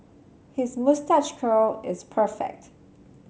his moustache curl is perfect